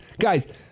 Guys